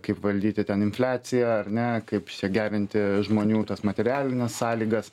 kaip valdyti ten infliaciją ar ne kaip gerinti žmonių tas materialines sąlygas